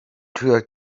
tür